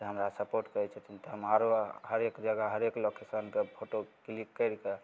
तऽ हमरा सपोर्ट करै छथिन आओर आओर हरेक जगह हरेक लोकेशनके फोटो क्लिक करिके